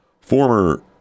former